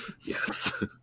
Yes